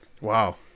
wow